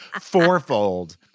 Fourfold